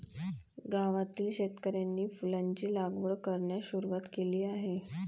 गावातील शेतकऱ्यांनी फुलांची लागवड करण्यास सुरवात केली आहे